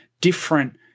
different